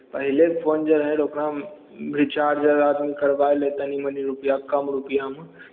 पहिलेके फोन जे रहय ओकरामे रिचार्ज आर आदमी करबा लै तनि मनि रुपैआ कम रुपैआमे